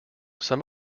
some